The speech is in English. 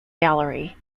gallery